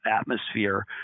atmosphere